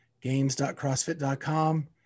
Games.crossfit.com